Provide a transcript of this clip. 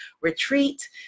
retreat